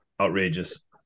Outrageous